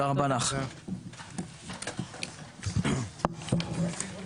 הישיבה ננעלה בשעה 15:09.